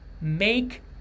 make